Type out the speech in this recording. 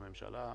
בממשלה,